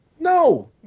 No